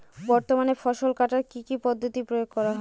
বর্তমানে ফসল কাটার কি কি পদ্ধতি প্রয়োগ করা হয়?